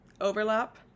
overlap